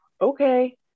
okay